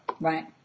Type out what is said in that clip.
Right